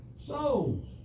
souls